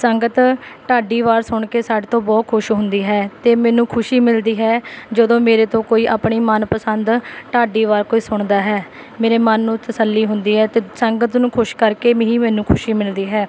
ਸੰਗਤ ਢਾਡੀ ਵਾਰ ਸੁਣ ਕੇ ਸਾਡੇ ਤੋਂ ਬਹੁਤ ਖੁਸ਼ ਹੁੰਦੀ ਹੈ ਅਤੇ ਮੈਨੂੰ ਖੁਸ਼ੀ ਮਿਲਦੀ ਹੈ ਜਦੋਂ ਮੇਰੇ ਤੋਂ ਕੋਈ ਆਪਣੀ ਮਨਪਸੰਦ ਢਾਡੀ ਵਾਰ ਕੋਈ ਸੁਣਦਾ ਹੈ ਮੇਰੇ ਮਨ ਨੂੰ ਤਸੱਲੀ ਹੁੰਦੀ ਹੈ ਅਤੇ ਸੰਗਤ ਨੂੰ ਖੁਸ਼ ਕਰਕੇ ਹੀ ਮੈਨੂੰ ਖੁਸ਼ੀ ਮਿਲਦੀ ਹੈ